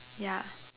ya